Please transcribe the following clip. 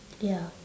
ya